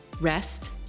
rest